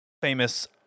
famous